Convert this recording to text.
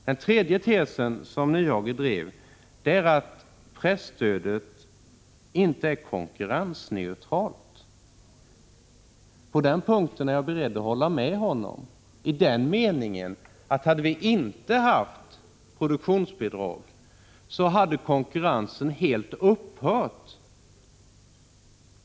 Den tredje tesen som Hans Nyhage drev är att presstödet inte är konkurrensneutralt. På den punkten är jag beredd att hålla med honom i den meningen att om vi inte haft produktionsbidrag så hade konkurrensen helt upphört.